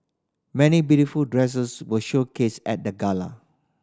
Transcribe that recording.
many beautiful dresses were showcased at the gala